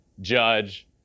Judge